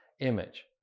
image